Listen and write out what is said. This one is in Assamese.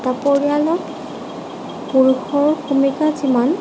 এটা পৰিয়ালত পুৰুষৰ ভূমিকা যিমান